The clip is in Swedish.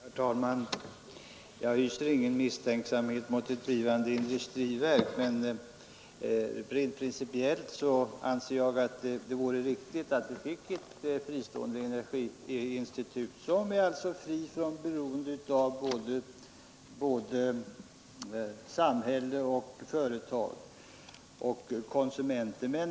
Herr talman! Jag hyser ingen misstänksamhet mot ett blivande industriverk. Rent principiellt anser jag emellertid att det vore riktigt att vi fick ett fristående institut som alltså är fritt från beroende av såväl myndigheter som företag och organisationer.